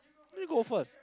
you go first